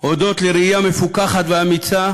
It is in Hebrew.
הודות לראייה מפוכחת ואמיצה,